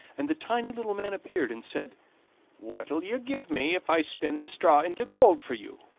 and the tiny little man appeared and said what'll you give me if i spin the straw into gold for you?